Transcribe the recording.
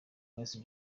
mercy